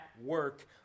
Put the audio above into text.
work